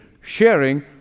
Sharing